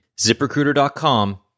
ZipRecruiter.com